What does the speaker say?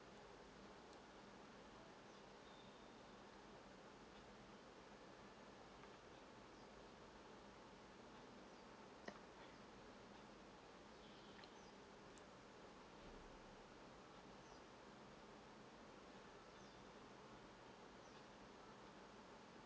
uh